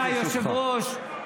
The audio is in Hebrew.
אדוני היושב-ראש,